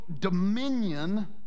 Dominion